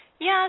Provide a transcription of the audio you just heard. Yes